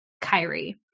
Kyrie